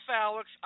alex